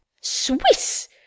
Swiss